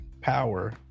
power